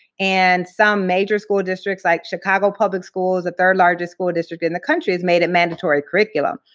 and some major school districts like chicago public schools, the third largest school district in the country, has made it mandatory curriculum.